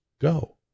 go